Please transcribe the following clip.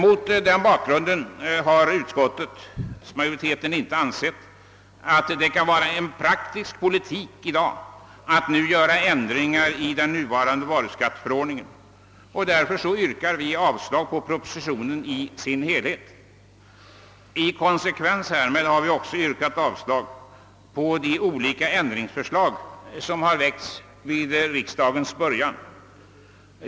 Utskottsmajoriteten har därför ansett att det i dag inte kan vara praktisk politik att vidta ändringar i den nuvarande varuskatteförordningen. Därför yrkar vi avslag på propositionen i dess helhet. I konsekvens härmed har vi också yrkat avslag på de olika ändringsförslag som väcktes vid riksdagens början.